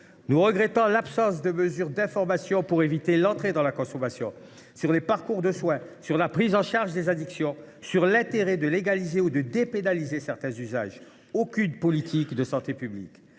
Nous regrettons l’absence de mesures d’information pour éviter l’entrée dans la consommation, sur les parcours de soins, sur la prise en charge des addictions, sur l’intérêt de légaliser ou de dépénaliser certains usages : aucune politique de santé publique,